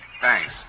Thanks